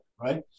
right